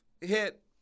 hit